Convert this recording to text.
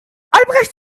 albrecht